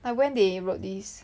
like when they wrote this